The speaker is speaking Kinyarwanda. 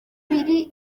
biri